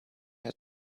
had